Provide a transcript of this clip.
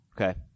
Okay